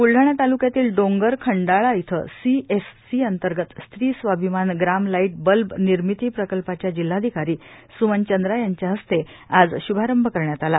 ब्लडाणा ताल्क्यातील डोंगर खंडाळा इथं सीएससी अंतर्गत स्त्री स्वाभिमान ग्राम लाईट बल्ब निर्मिती प्रकल्पाच्या जिल्हाधिकारी स्मन चंद्रा यांच्या हस्ते आज श्भारंभ करण्यात आला